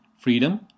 freedom